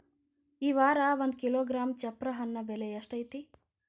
ಈ ವಾರ ಒಂದು ಕಿಲೋಗ್ರಾಂ ಚಪ್ರ ಹಣ್ಣ ಬೆಲೆ ಎಷ್ಟು ಐತಿ?